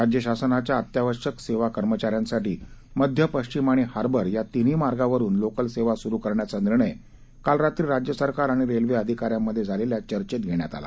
राज्यशासनाच्या अत्यावश्यक सेवा कर्मचाऱ्यांसाठी मध्य पश्चिम आणि हार्बर या तिन्ही मार्गावरून लोकल सेवा सुरू करण्याचा निर्णय काल रात्री राज्य सरकार आणि रेल्वे अधिकाऱ्यांमध्ये झालेल्या चर्चेत घेण्यात आला